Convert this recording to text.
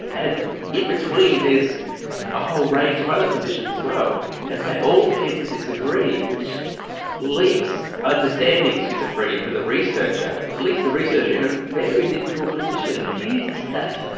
and in between there's a whole range of other positions as well and they all tend to disagree, which leaves understanding schizophrenia for the researcher, it leaves the researcher in a very difficult position. a confused state.